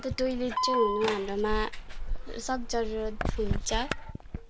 अन्त टोइलेट चाहिँ हुनु हाम्रोमा सख्त जरुरत हुन्छ